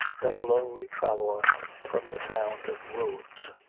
like a lonely traveller from the sound of wolves.